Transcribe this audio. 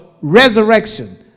resurrection